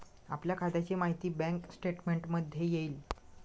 आपल्या खात्याची माहिती बँक स्टेटमेंटमध्ये येईल